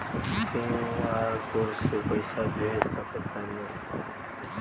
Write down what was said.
QR code से पईसा भेज सक तानी का?